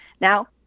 Now